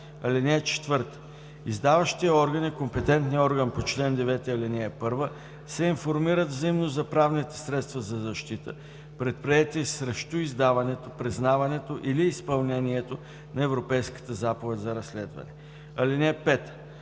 (4) Издаващият орган и компетентният орган по чл. 9, ал. 1 се информират взаимно за правните средства за защита, предприети срещу издаването, признаването или изпълнението на Европейската заповед за разследване. (5)